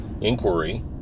inquiry